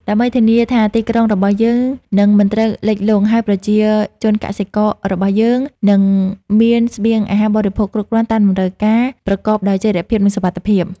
ដើម្បីធានាថាទីក្រុងរបស់យើងនឹងមិនត្រូវលិចលង់ ហើយប្រជាជនកសិកររបស់យើងនឹងមានស្បៀងអាហារបរិភោគគ្រប់គ្រាន់តាមតម្រូវការប្រកបដោយចីរភាព និងសុវត្ថិភាព។